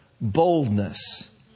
boldness